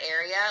area